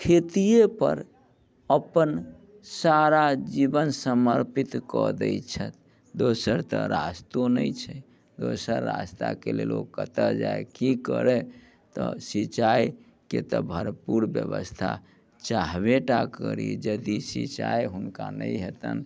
खेतीए पर अपन सारा जीवन समर्पित कऽ दय छथि दोसर तऽ रास्तो नहि छै दोसर रास्ताके लेल ओ कतऽ जाइ की करी तऽ सिचाइके तऽ भरपूर व्यवस्था चाहबे टा करी यदि सिचाइ हुनका नहि हेतनि